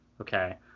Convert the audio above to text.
okay